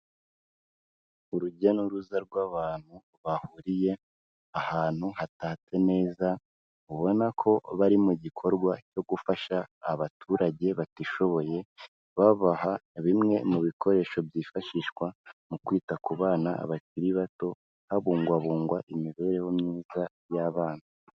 Urujya n'uruza rw'abantu bahuriye ahantu hatatse neza, ubona ko bari mu gikorwa cyo gufasha abaturage batishoboye, babaha bimwe mu bikoresho byifashishwa mu kwita ku bana bakiri bato, habungwabungwa imibereho myiza y'abana.